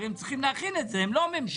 הרי הם צריכים להכין את זה, הם לא הממשלה.